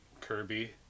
Kirby